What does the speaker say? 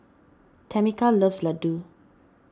Tamica loves Ladoo